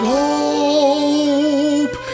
hope